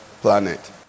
planet